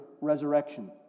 resurrection